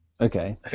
Okay